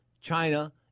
China